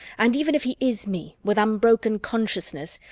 and even if he is me, with unbroken consciousness,